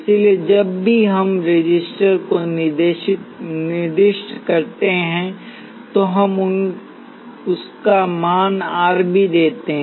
इसलिए जब भी हम रेसिस्टर को निर्दिष्ट करते हैं तो हम उसका मान R भी देते हैं